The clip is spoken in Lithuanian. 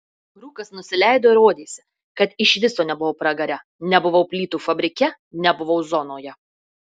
rūkas nusileido ir rodėsi kad iš viso nebuvau pragare nebuvau plytų fabrike nebuvau zonoje